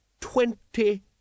Twenty